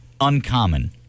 uncommon